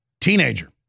teenager